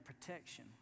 protection